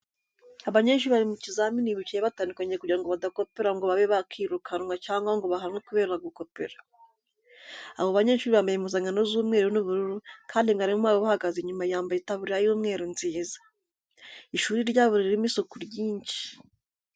Abanyeshuri bari mu kizamini bicaye batandukanye kugira badakopera ngo babe bakirukanwa cyangwa ngo bahanwe kubera gukopera. Abo banyeshuri bambaye impuzankano z'umweru n'ubururu kandi mwarimu wabo ubahagaze inyuma yambaye itaburiya y'umweru nziza. Ishuri ryabo ririmo isuku nyinshi.